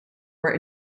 were